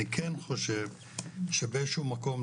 אני כן חושב שבאיזה שהוא מקום,